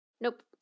Nope